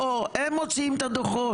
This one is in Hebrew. פה הם מוציאים את הדוחות.